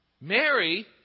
Mary